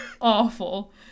awful